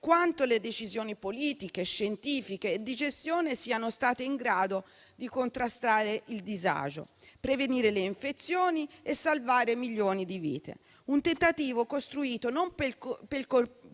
quanto le decisioni politiche, scientifiche e di gestione siano state in grado di contrastare il disagio, prevenire le infezioni e salvare milioni di vite; un tentativo costruito non per